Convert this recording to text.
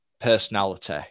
personality